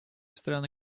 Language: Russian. страны